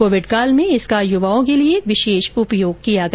Covid काल में इसका युवाओं के लिए विशेष उपयोग किया गया